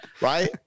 right